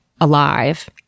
alive